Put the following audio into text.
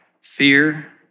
fear